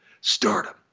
stardom